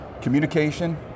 Communication